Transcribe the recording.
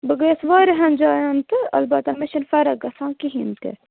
بہٕ گٔیَس واریاہَن جایَن تہٕ البتہ مےٚ چھَنہٕ فرق گژھان کِہیٖنٛۍ تہِ